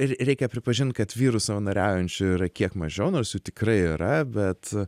ir reikia pripažint kad vyrų savanoriaujančių yra kiek mažiau nors jų tikrai yra bet